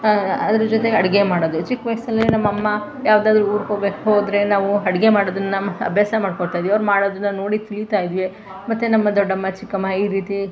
ಅದ್ರ ಜೊತೆ ಅಡುಗೆ ಮಾಡೋದು ಚಿಕ್ಕ ವಯಸ್ಸಲ್ಲೇ ನಮ್ಮ ಅಮ್ಮ ಯಾವುದಾದ್ರೂ ಊರಿಗೆ ಹೋಗ್ಬೇ ಹೋದರೆ ನಾವು ಅಡುಗೆ ಮಾಡೋದನ್ನು ಅಭ್ಯಾಸ ಮಾಡ್ಕೋತಾಯಿದ್ವಿ ಅವ್ರು ಮಾಡೋದನ್ನು ನೋಡಿ ತಿಳಿತಾಯಿದ್ವಿ ಮತ್ತು ನಮ್ಮ ದೊಡ್ಡಮ್ಮ ಚಿಕ್ಕಮ್ಮ ಈ ರೀತಿ